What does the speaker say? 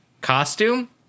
costume